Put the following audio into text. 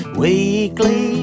weekly